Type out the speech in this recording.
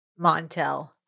Montel